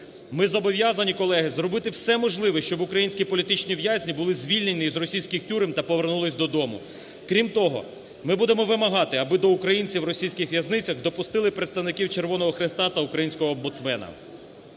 Ми зобов'язані, колеги, зробити все можливе, щоб українські політичні в'язні були звільнені із російських тюрем та повернулись додому. Крім того, ми будемо вимагати, аби до українців в російських в'язницях допустили представників Червоного Хреста та українського омбудсмена.